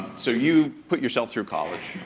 so, you put yourself through college.